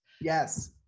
Yes